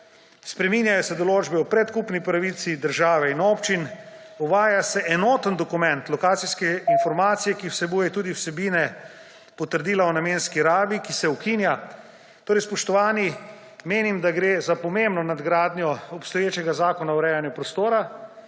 Spreminjajo se določbe o predkupni pravici države in občin. Uvaja se enoten dokument lokacijske informacije, ki vsebuje tudi vsebine potrdila o namenski rabi zemljišča, ki se ukinja. Spoštovani, menim, da gre za pomembno nadgradnjo obstoječega Zakona o urejanju prostora